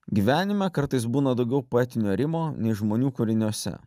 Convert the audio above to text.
gyvenime kartais būna daugiau poetinio rimo nei žmonių kūriniuose